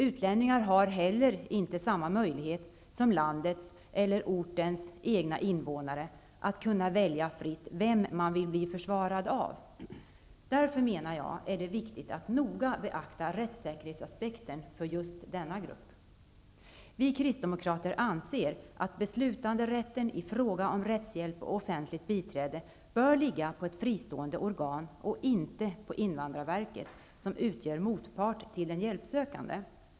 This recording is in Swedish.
Utlänningar har heller inte samma möjlighet som landets eller ortens egna invånare att kunna välja fritt vem man vill bli försvarad av. Därför är det viktigt att noga beakta rättssäkerhetsaspekten för just denna grupp. Vi kristdemokrater anser att beslutanderätten i fråga om rättshjälp och offenligt biträde bör ligga på ett fristående organ och inte på invandrarverket, som utgör motpart till den hjälpsökande.